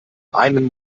einen